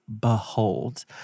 behold